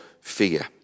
fear